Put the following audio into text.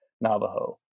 Navajo